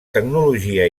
tecnologia